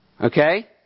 Okay